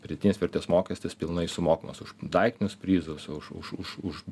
pridėtinės vertės mokestis pilnai sumokamas už daiktinius prizus už už už už